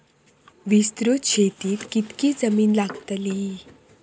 विस्तृत शेतीक कितकी जमीन लागतली?